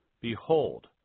behold